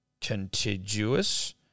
contiguous